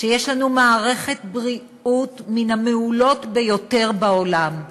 שיש לנו מערכת בריאות מן המעולות ביותר בעולם.